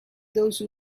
those